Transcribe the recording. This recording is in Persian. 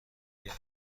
گیرم